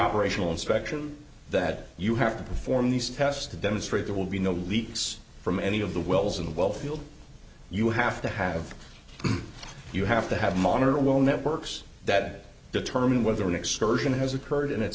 operational instruction that you have to perform these tests to demonstrate there will be no leaks from any of the wells in the well field you have to have you have to have monitor will networks that determine whether an excursion has occurred and it's